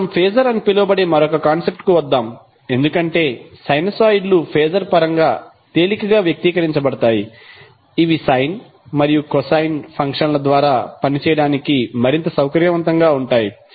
ఇప్పుడు మనం ఫేజర్ అని పిలువబడే మరొక కాన్సెప్ట్ కు వద్దాం ఎందుకంటే సైనూసోయిడ్లు ఫేజర్ పరంగా తేలికగా వ్యక్తీకరించబడతాయి ఇవి సైన్ మరియు కొసైన్ ఫంక్షన్ల ద్వారా పని చేయడానికి మరింత సౌకర్యవంతంగా ఉంటాయి